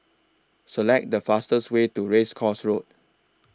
Select The fastest Way to Race Course Road